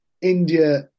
India